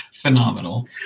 phenomenal